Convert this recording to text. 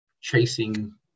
chasing